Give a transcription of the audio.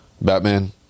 Batman